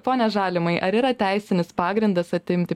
pone žalimai ar yra teisinis pagrindas atimti